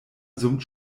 summt